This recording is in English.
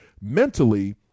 mentally